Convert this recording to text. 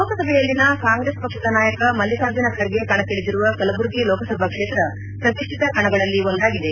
ಲೋಕಸಭೆಯಲ್ಲಿನ ಕಾಂಗೆಸ್ ಪಕ್ಷದ ನಾಯಕ ಮಲ್ಲಿಕಾರ್ಜುನ ಖರ್ಗೆ ಕಣಕ್ಕಿಳಿದಿರುವ ಕಲಬುರಗಿ ಲೋಕಸಭಾ ಕ್ಷೇತ್ರ ಪ್ರತಿಷ್ಟಿತ ಕಣಗಳಲ್ಲಿ ಒಂದಾಗಿದೆ